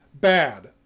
Bad